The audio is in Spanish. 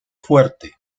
fuerte